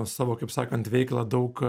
savo kaip sakant veiklą daug